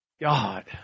God